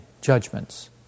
judgments